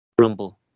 Rumble